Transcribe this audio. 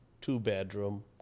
two-bedroom